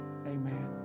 Amen